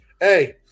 hey